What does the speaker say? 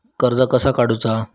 कर्ज कसा काडूचा?